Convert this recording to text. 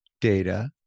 data